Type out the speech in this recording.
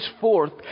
forth